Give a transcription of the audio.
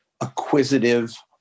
acquisitive